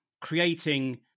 creating